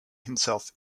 himself